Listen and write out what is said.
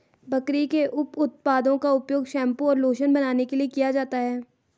बकरी के उप उत्पादों का उपयोग शैंपू और लोशन बनाने के लिए किया जाता है